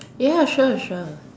ya sure sure